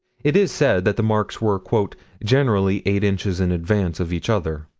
it is said that the marks were generally eight inches in advance of each other.